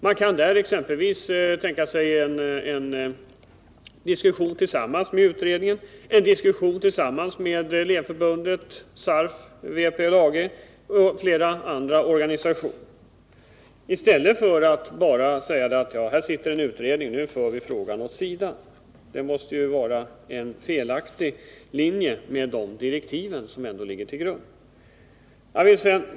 Man kan exempelvis tänka sig en diskussion tillsammans med utredningen, en diskussion tillsammans med Elevförbundet, SARF, VPL-AG och flera andra organisationer i stället för att bara säga att här sitter en utredning, nu för vi frågan åt sidan. Det måste vara en felaktig linje, med tanke på de direktiv som ändå ligger till grund för arbetet.